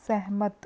ਸਹਿਮਤ